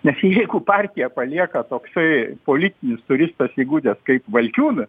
nes jeigu partiją palieka toksai politinis turistas įgudęs kaip valkiūnas